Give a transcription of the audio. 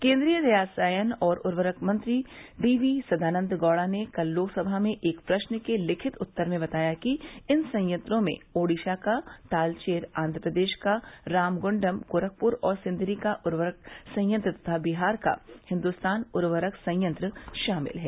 केन्द्रीय रसायन और उर्वरक मंत्री डी वी सदानन्द गौड़ा ने कल लोकसभा में एक प्रश्न के लिखित उत्तर में बताया कि इन संयंत्रों में ओडिशा का तालचेर आंघ्र प्रदेश का रामगूंडम गोरखपुर और सिंदरी का उर्वरक संयंत्र तथा बिहार का हिन्दुस्तान उर्वरक संयंत्र शामिल हैं